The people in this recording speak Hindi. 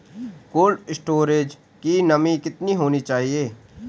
कोल्ड स्टोरेज की नमी कितनी होनी चाहिए?